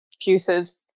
juices